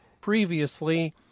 previously